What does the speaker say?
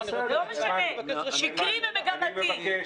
שקרי ומגמתי.